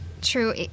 True